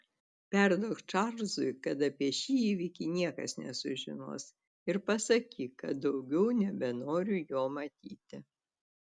perduok čarlzui kad apie šį įvykį niekas nesužinos ir pasakyk kad daugiau nebenoriu jo matyti